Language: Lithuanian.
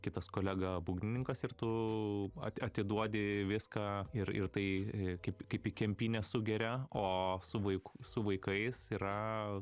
kitas kolega būgnininkas ir tu atiduodi viską ir ir tai kaip kaip į kempinę sugeria o su vaiku su vaikais yra